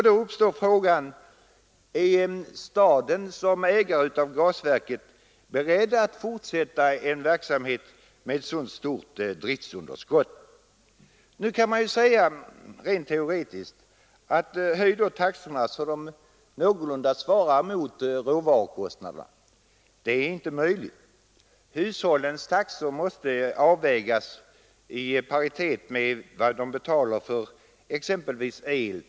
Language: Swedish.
Då uppstår frågan: Är staden som ägare av gasverket beredd att fortsätta en verksamhet med ett så stort driftsunderskott? Rent teoretiskt kan man säga: Höj taxorna så att de någorlunda svarar mot råvarukostnaderna. Men det är inte möjligt. Hushållens taxor måste avvägas mot vad de betalar för exempelvis el.